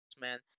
man